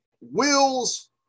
wills